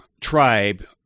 tribe